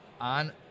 on